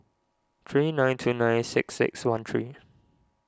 three nine two nine six six one three